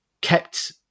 kept